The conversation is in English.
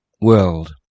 world